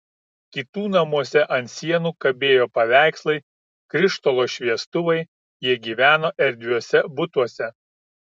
kitų namuose ant sienų kabėjo paveikslai krištolo šviestuvai jie gyveno erdviuose butuose